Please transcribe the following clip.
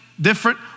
different